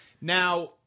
Now